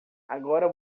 agora